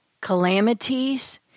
calamities